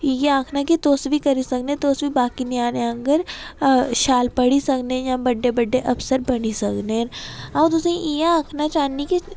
इ'यै आखना कीितुस बी करी सकदे तुस बी बाकी ञ्यानें आंह्गर शैल पढ़ी सकने जां बड्डे बड्डे अफसर बनी सकने अं'ऊ तुसेंईं इ'यै आखना चाह्न्नी कि